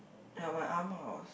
ya my Ah Ma was